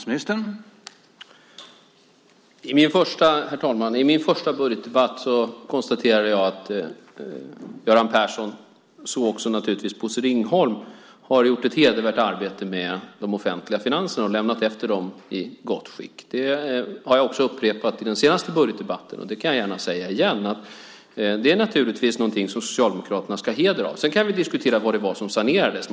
Herr talman! I min första budgetdebatt konstaterade jag att Göran Persson, liksom också naturligtvis Bosse Ringholm, har gjort ett hedervärt arbete med de offentliga finanserna och lämnat dem efter sig i gott skick. Det har jag också upprepat i den senaste budgetdebatten, och jag kan gärna säga det igen. Det är naturligtvis något som Socialdemokraterna ska ha heder av. Sedan kan vi diskutera vad det var som sanerades.